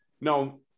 no